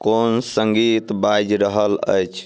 कोन सङ्गीत बाजि रहल अछि